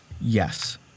Yes